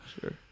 Sure